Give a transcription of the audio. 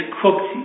cooked